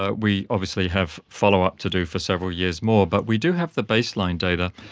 ah we obviously have follow-up to do for several years more. but we do have the baseline data.